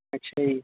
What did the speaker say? ਅੱਛਾ ਜੀ